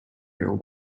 your